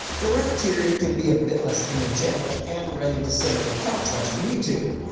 the rat terrier can be a bit less energetic and ready to sit on the couch watching youtube,